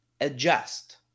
adjust